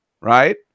right